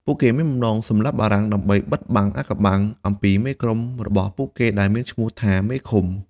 ពួកគេមានបំណងសម្លាប់បារាំងដើម្បីបិទបាំងអាថ៌កំបាំងអំពីមេក្រុមរបស់ពួកគេដែលមានឈ្មោះថាមេឃុំ។